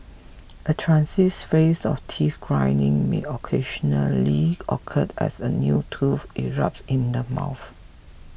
a transient phase of teeth grinding may occasionally occured as a new tooth erupts in the mouth